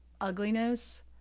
ugliness